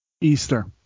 Easter